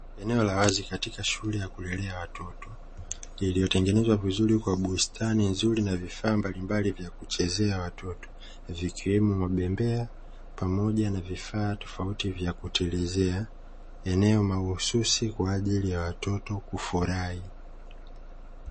Eneo la wazi katika shule ya kulelea watoto lililotengenezwa vizuri kwa bustani nzuri na vifaa mbalimbali vya kuchezea watoto vikiwemo bembea pamoja na vifaa tofauti vya kutelezea eneo mahususi kwa ajili ya watoto kufurahi.